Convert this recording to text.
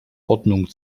ordnung